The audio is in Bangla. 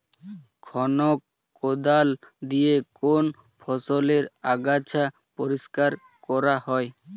খনক কোদাল দিয়ে কোন ফসলের আগাছা পরিষ্কার করা হয়?